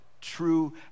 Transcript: true